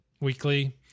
weekly